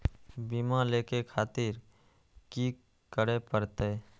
बीमा लेके खातिर की करें परतें?